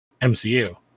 MCU